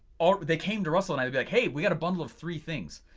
ah they came to russel and i to be like hey we've got a bundle of three things.